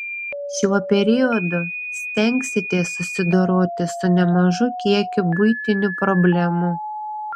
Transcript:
šiuo periodu stengsitės susidoroti su nemažu kiekiu buitinių problemų